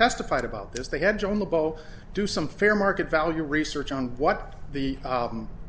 testified about this they had on the bow do some fair market value research on what the